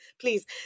please